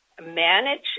manage